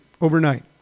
overnight